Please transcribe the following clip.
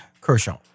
Kershaw